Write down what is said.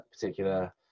particular